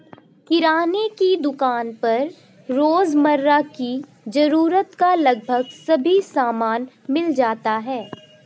किराने की दुकान पर रोजमर्रा की जरूरत का लगभग सभी सामान मिल जाता है